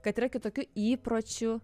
kad yra kitokių įpročių